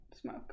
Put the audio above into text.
smoke